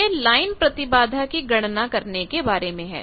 यह लाइनप्रतिबाधा की गणना करने के बारे में है